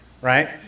right